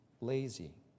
lazy